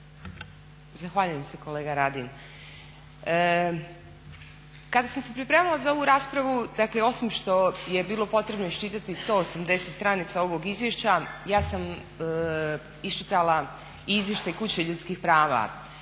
Zahvaljujem se kolega Radin. Kada sam se pripremala za ovu raspravu, dakle osim što je bilo potrebno iščitati 180 stranica ovog izvješća ja sam iščitala i izvještaj Kuće ljudskih prava.